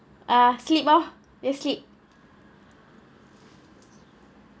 ah sleep oh just sleep